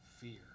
fear